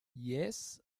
yes